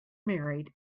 married